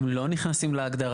הם לא נכנסים להגדרה.